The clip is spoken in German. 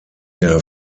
der